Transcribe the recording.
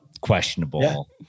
questionable